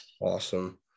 Awesome